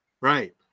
Right